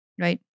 right